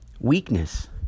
Weakness